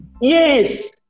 Yes